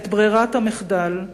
את ברירת המחדל,